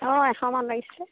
অঁ এশমান লাগিছিলে